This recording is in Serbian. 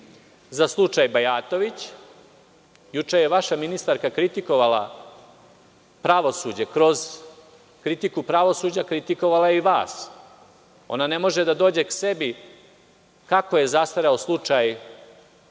za slučaj Bajatović, juče je vaša ministarka kritikovala pravosuđe, kroz kritiku pravosuđa, kritikovala je i vas. Ona ne može da dođe k sebi, kako je zastareo slučaj za